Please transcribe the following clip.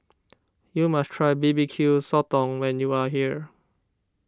you must try B B Q Sotong when you are here